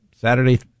Saturday